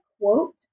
quote